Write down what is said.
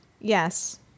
Yes